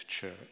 Church